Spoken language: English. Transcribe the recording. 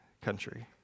country